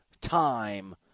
time